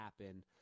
happen